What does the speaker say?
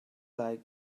like